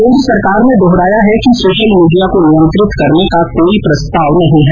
केन्द्र सरकार ने दोहराया है कि सोशल मीडिया को नियंत्रित करने का कोई प्रस्ताव नहीं हैं